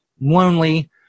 lonely